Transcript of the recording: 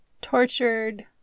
tortured